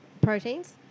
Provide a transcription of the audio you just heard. Proteins